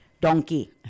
donkey